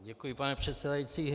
Děkuji, pane předsedající.